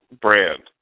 brand